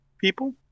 people